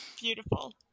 Beautiful